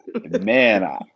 man